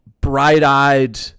bright-eyed